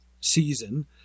season